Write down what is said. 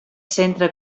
centre